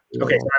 Okay